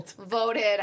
voted